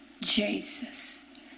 Jesus